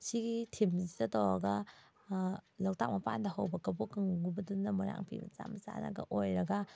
ꯁꯤꯒꯤ ꯊꯤꯝꯁꯤꯗ ꯇꯧꯔꯒ ꯂꯣꯛꯇꯥꯛ ꯃꯄꯥꯟꯗ ꯍꯧꯕ ꯀꯕꯣꯀꯪꯒꯨꯝꯕꯗꯨꯅ ꯃꯣꯏꯔꯥꯡ ꯐꯤ ꯃꯆꯥ ꯃꯆꯥꯅꯒ ꯑꯣꯏꯔꯒ